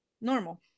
normal